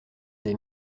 des